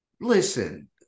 Listen